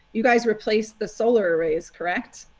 you guys replaced the solar arrays. correct?